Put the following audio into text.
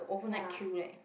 ya